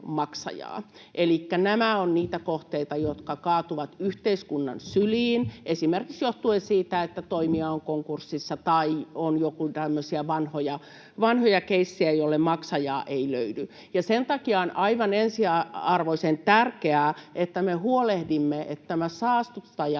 Elikkä nämä ovat niitä kohteita, jotka kaatuvat yhteiskunnan syliin, esimerkiksi johtuen siitä, että toimija on konkurssissa tai on joitain tämmöisiä vanhoja keissejä, joille maksajaa ei löydy. Ja sen takia on aivan ensiarvoisen tärkeää, että me huolehdimme, että tämä saastuttaja